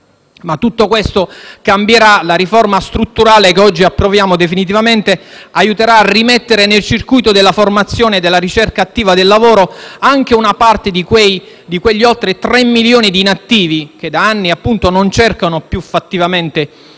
Ma tutto questo cambierà. La riforma strutturale che oggi approviamo definitivamente aiuterà a rimettere nel circuito della formazione e della ricerca attiva del lavoro anche una parte di quegli oltre 3 milioni di inattivi che, da anni, non cercano più fattivamente